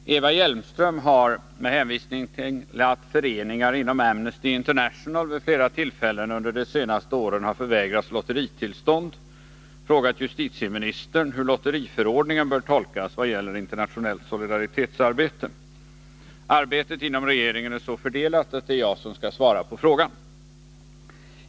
Herr talman! Eva Hjelmström har — med hänvisning till att föreningar inom Amnesty International vid flera tillfällen under de senaste åren har förvägrats lotteritillstånd — frågat justitieministern hur lotteriförordningen bör tolkas i vad gäller internationellt solidaritetsarbete. Arbetet inom regeringen är så fördelat att det är jag som skall svara på frågan.